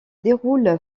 déroule